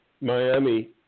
Miami